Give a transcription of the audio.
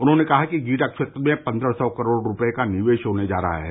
उन्होंने कहा कि गीडा क्षेत्र में पन्द्रह सौ करोड़ रूपये का निवेश होने जा रहा है